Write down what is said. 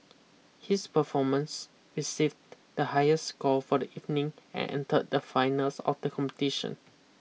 his performance received the highest score for the evening and entered the finals of the competition